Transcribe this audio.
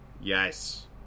Yes